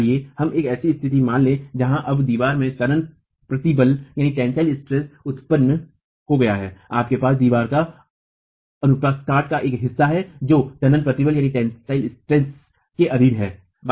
आइए हम एक ऐसी स्थिति मान लें जहां अब दीवार में तनन प्रतिबल उत्पन्न हो गया हो आपके पास दीवार का अपुरास्था काट का एक हिस्सा है जो तनन प्रतिबल के अधीन है